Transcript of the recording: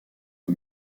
aux